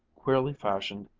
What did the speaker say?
queerly fashioned,